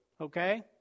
Okay